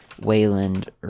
Wayland